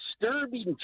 disturbing